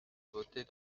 votée